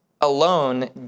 alone